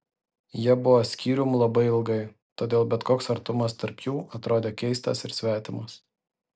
jie buvo skyrium labai ilgai todėl bet koks artumas tarp jų atrodė keistas ir svetimas